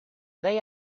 they